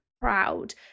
proud